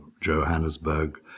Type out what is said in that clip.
Johannesburg